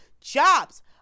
Jobs